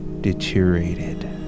deteriorated